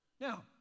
Now